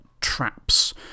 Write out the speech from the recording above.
Traps